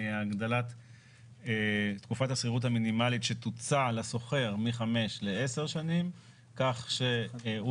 הגדלת תקופת השכירות המינימלית שתוצע לשוכר מ 5 ל 10 שנים כך שהוא